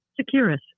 Securus